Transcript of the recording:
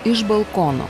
iš balkono